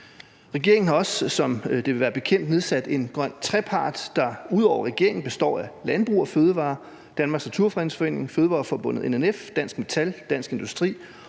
Regeringen har også, som det vil være bekendt, nedsat en grøn trepart, der ud over regeringen består af Landbrug & Fødevarer, Danmarks Naturfredningsforening, Fødevareforbundet NNF, Dansk Metal, Dansk Industri